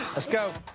let's go.